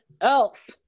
else